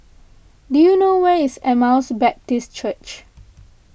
do you know where is Emmaus Baptist Church